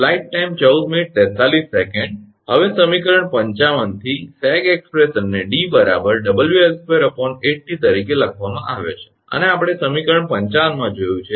હવે સમીકરણ 55 થી સેગ અભિવ્યક્તિને 𝑑 𝑊𝐿2 8𝑇 તરીકે લખવામાં આવે છે આને આપણે સમીકરણ 55 માં જોયું છે